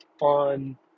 on